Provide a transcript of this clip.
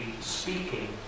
speaking